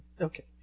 Okay